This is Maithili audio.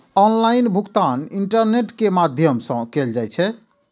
ऑनलाइन भुगतान इंटरनेट के माध्यम सं कैल जाइ छै